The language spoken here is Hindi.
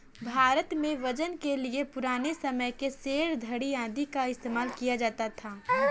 भारत में वजन के लिए पुराने समय के सेर, धडी़ आदि का इस्तेमाल किया जाता था